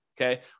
okay